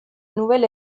nouvel